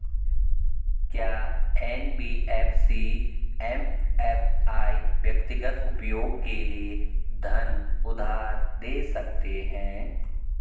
क्या NBFC MFI व्यक्तिगत उपयोग के लिए धन उधार दें सकते हैं?